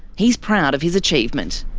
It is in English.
he's proud of his achievement.